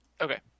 Okay